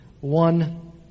one